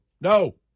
no